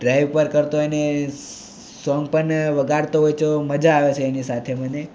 drive પણ કરતો હોય ને સોંગ પણ વગાડતો હોય છે મજા આવે એની સાથે મને